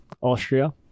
Austria